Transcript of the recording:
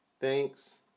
Thanks